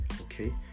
okay